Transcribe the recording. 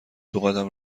دوقدم